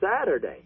Saturday